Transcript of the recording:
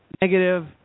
negative